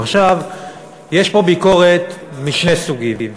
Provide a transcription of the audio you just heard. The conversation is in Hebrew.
יש פה ביקורת משני סוגים.